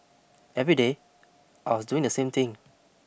every day I was doing the same thing